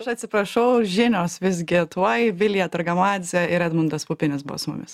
aš atsiprašau žinios visgi tuoj vilija targamadzė ir edmundas pupinis buvo su mumis